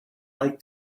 like